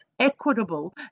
equitable